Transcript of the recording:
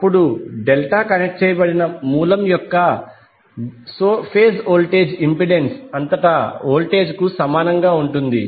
అప్పుడు delta connect చేయబడిన మూలం యొక్క ఫేజ్ వోల్టేజ్ ఇంపెడెన్స్ అంతటా వోల్టేజ్కు సమానంగా ఉంటుంది